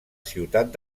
ciutat